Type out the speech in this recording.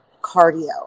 cardio